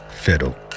fiddle